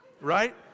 right